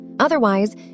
Otherwise